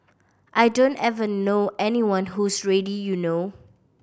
I don't ever know anyone who's ready you know